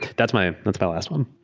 that's my that's my last one.